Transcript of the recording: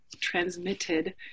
transmitted